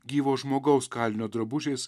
gyvo žmogaus kalinio drabužiais